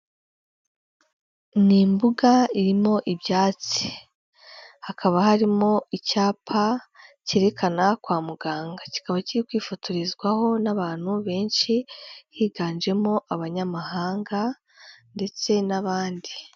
Ni ibuga irimo ibyatsi hakaba harimo icyapa cyerekana kwa muganga, kikaba kiri kwifotorezwaho n'abantu benshi higanjemo abanyamahanga ndetse n'abandi.